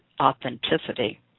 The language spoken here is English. authenticity